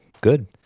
good